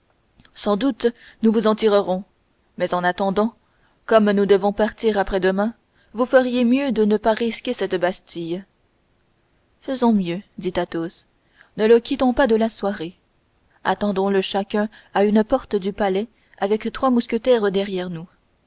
sans doute nous vous en tirerons mais en attendant comme nous devons partir après-demain vous feriez mieux de ne pas risquer cette bastille faisons mieux dit athos ne le quittons pas de la soirée attendons le chacun à une porte du palais avec trois mousquetaires derrière nous